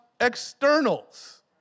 externals